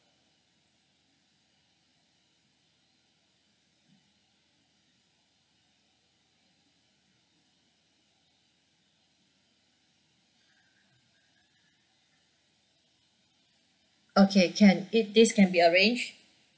okay can it this can be arranged